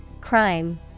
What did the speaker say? crime